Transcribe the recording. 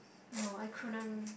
no I couldn't